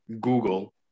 Google